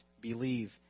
believe